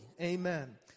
Amen